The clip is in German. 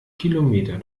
kilometer